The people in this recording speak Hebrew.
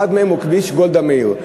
שאחד מהם הוא כביש גולדה מאיר.